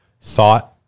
thought